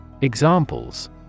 Examples